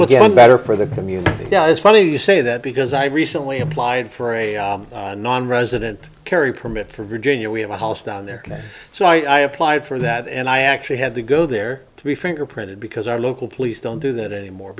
will get better for the community does funny you say that because i recently applied for a nonresident carry permit for virginia we have a house down there so i applied for that and i actually had to go there to be fingerprinted because our local police don't do that anymore